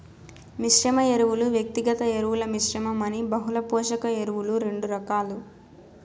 మిశ్రమ ఎరువులు, వ్యక్తిగత ఎరువుల మిశ్రమం అని బహుళ పోషక ఎరువులు రెండు రకాలు